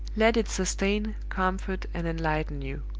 let it sustain, comfort, and enlighten you.